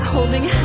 Holding